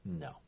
No